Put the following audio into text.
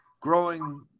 growing